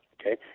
okay